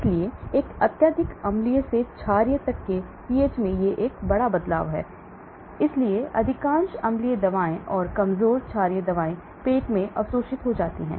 इसलिए एक अत्यधिक अम्लीय से क्षारीय तक के पीएच में एक बड़ा बदलाव होता है इसलिए अधिकांश अम्लीय दवाएं और कमजोर क्षारीय दवाएं पेट में अवशोषित हो जाती हैं